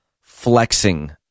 flexing